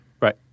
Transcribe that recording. right